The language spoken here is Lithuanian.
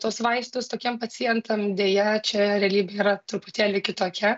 tuos vaistus tokiem pacientam deja čia realybė yra truputėlį kitokia